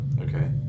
Okay